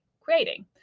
creating